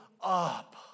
up